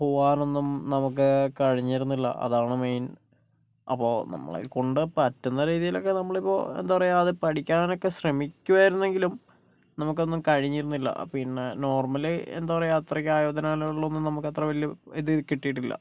പോകാനൊന്നും നമുക്ക് കഴിഞ്ഞിരുന്നില്ല അതാണ് മെയിൻ അപ്പോൾ നമ്മളെ കൊണ്ട് പറ്റുന്ന രീതിലൊക്കെ നമ്മളിപ്പോൾ എന്താ പറയുക അത് പഠിക്കാനൊക്കെ ശ്രമിക്കുവായിരുന്നെങ്കിലും നമുക്കൊന്നും കഴിഞ്ഞിരുന്നില്ല പിന്നെ നോർമ്മലി എന്താ പറയുക അത്രക്ക് ആയോധനകലകളിലൊന്നും നമുക്കത്ര വലിയ ഇത് കിട്ടിയിട്ടില്ല